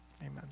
amen